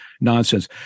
nonsense